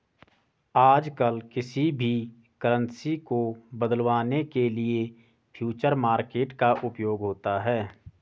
आजकल किसी भी करन्सी को बदलवाने के लिये फ्यूचर मार्केट का उपयोग होता है